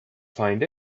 find